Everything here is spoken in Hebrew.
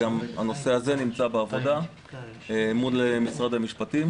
גם הנושא הזה נמצא בעבודה מול משרד המשפטים